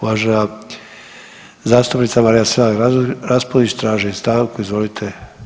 Uvažena zastupnica Marija Selak Raspudić traži stanku, izvolite.